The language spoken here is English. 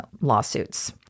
lawsuits